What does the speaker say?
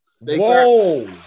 whoa